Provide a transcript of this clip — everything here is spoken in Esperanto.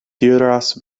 diras